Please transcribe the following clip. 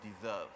deserve